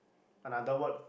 another word